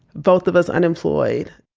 both of us unemployed,